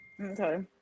Okay